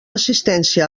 assistència